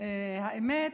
האמת